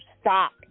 stop